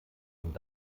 und